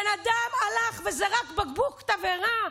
בן אדם הלך וזרק בקבוק תבערה